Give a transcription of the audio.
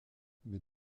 mais